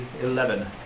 11